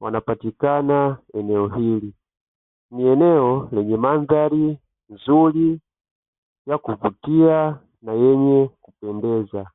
wanapatikana katika eneo hili. Ni eneo lenye mandhari nzuri yakuvutia na yenye kupendeza.